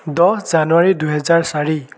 দহ জানুৱাৰী দুহেজাৰ চাৰি